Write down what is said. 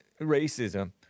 racism